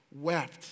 wept